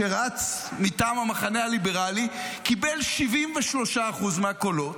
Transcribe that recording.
שרץ מטעם המחנה הליברלי, קיבל 73% מהקולות,